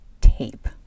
Tape